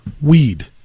weed